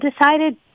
decided